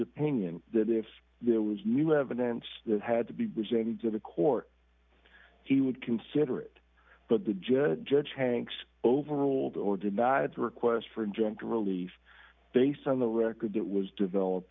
opinion that if there was new evidence that had to be presented to the court he would consider it but the judge judge hanks overruled or denied a request for injunctive relief based on the record that was developed